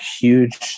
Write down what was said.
huge